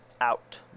out